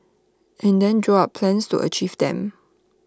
and then draw up plans to achieve them